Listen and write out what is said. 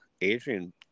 Adrian